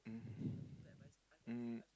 mm mm